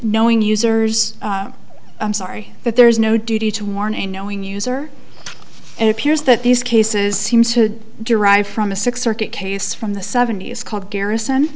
knowing users i'm sorry that there is no duty to warn in knowing user it appears that these cases seem to derive from a six circuit case from the seventies called garrison